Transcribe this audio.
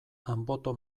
anboto